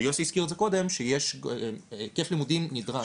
ויוסי הזכיר את זה קודם, שיש היקף לימודים נדרש.